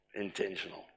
intentional